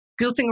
goofing